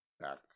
back